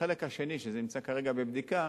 החלק השני נמצא כרגע בבדיקה.